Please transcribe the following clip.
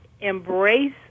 embrace